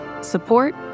support